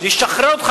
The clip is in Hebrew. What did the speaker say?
זה ישחרר אותך,